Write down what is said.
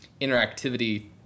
interactivity